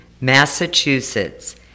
Massachusetts